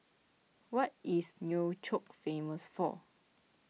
what is Nouakchott famous for